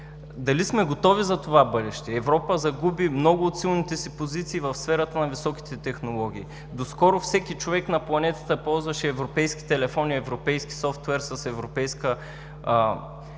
Дали сме готови за това бъдеще? Европа загуби много от силните си позиции в сферата на високите технологии. Доскоро всеки човек на планетата ползваше европейски телефони, европейски софтуер с европейска